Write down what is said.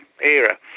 era